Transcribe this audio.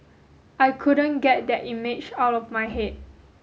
I couldn't get that image out of my head